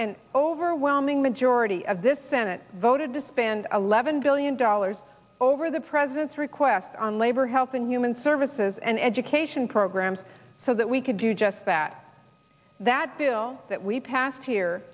and overwhelming majority of this senate voted to spend eleven billion dollars over the president's request on labor health and human services and education programs so that we could do just that that bill that we passed here